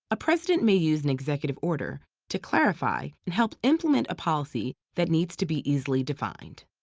a president may use an executive order to clarify and help implement a policy that needs to be easily defined.